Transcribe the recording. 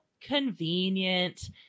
Convenient